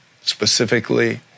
specifically